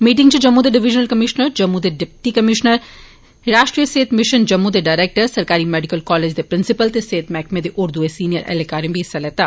meeting च जम्मू दे divisional commissioner Jammu दे डिप्टी कमिशनर राष्ट्री सेहत मिशन जम्मू दे डरैक्टर सरकारी मैडिकल कालेज दे प्रिंसिपल ते सेहत मैहकमे दे होर द्ए सीनियर ऐहलकारें बी हिस्सा लैता